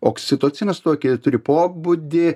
oksitocinas tokį turi pobūdį